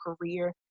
career